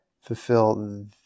fulfill